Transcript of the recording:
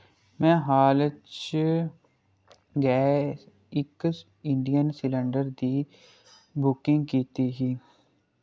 में हाल च गै इक इंडियन सिलैंडर दी बुकिंग कीती ही